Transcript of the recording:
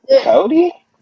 Cody